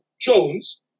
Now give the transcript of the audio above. Jones